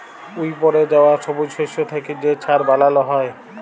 উইপড়ে যাউয়া ছবুজ শস্য থ্যাইকে যে ছার বালাল হ্যয়